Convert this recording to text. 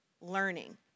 learning